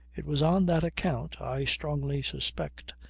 it was on that account, i strongly suspect,